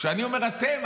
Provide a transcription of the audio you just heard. כשאני אומר אתם,